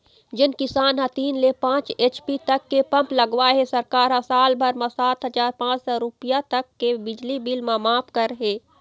जेन किसान ह तीन ले पाँच एच.पी तक के पंप लगवाए हे सरकार ह साल भर म सात हजार पाँच सौ रूपिया तक के बिजली बिल ल मांफ करे हे